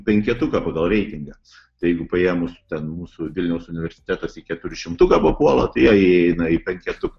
penketuką pagal reitingą tai jeigu paėmus ten mūsų vilniaus universitetas į keturišimtuką papuola tai jie įeina į penketuką